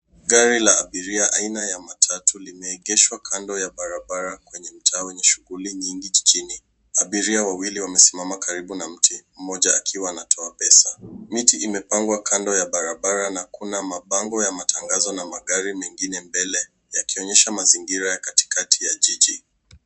Gari la abiria aina ya matatu limeegeshwa kando ya barabara kwenye mtaa wenye shughuli nyingi jijini. Abiria wawili wamesimama karibu na mti, mmoja akiwa anatoa pesa. Miti imepangwa kando ya barabara na kuna mabango ya matangazo na magari mengine mbele yakionyesha mazingira ya katikati ya jiji.